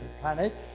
planet